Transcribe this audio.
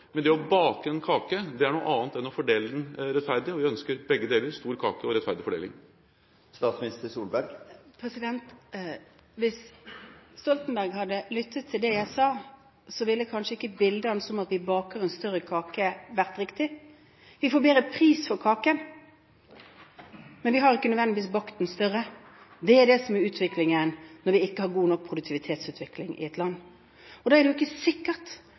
men det å bake en kake er noe annet enn å fordele den rettferdig, og vi ønsker begge deler: stor kake og rettferdig fordeling. Hvis Stoltenberg hadde lyttet til det jeg sa, ville kanskje ikke bildet hans om at vi baker en større kake, vært riktig. Vi får bedre pris for kaken, men vi har ikke nødvendigvis bakt den større. Det er det som er utviklingen når vi ikke har god nok produktivitetsutvikling i et land. Da er det ikke sikkert